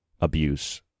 abuse